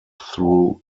through